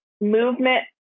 movement